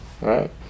Right